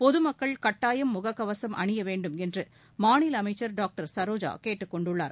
பொதுமக்கள் கட்டாயம் முகக்கவசம் அணிய வேண்டும் என்று மாநில அமைச்சர் டாக்டர் சரோஜா கேட்டுக் கொண்டுள்ளார்